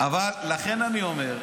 אבל לכן אני אומר,